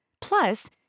plus